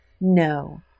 No